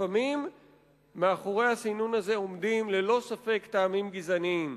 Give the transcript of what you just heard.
לפעמים מאחורי הסינון הזה עומדים ללא ספק טעמים גזעניים.